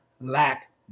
lack